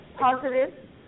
positive